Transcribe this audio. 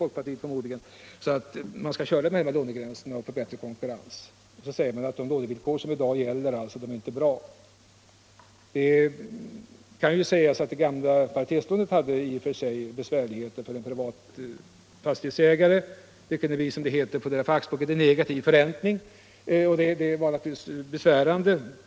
Folkpartiet säger att de lånevillkor som i dag gäller inte är bra. Det kan ju sägas att det gamla paritetslånet i och för sig innebar besvärligheter för en privat fastighetsägare. Det kunde, som det heter på fackspråket, bli en negativ förräntning, vilket naturligtvis var besvärande.